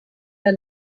der